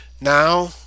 Now